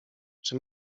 czy